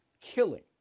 killing